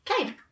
Okay